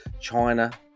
china